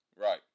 right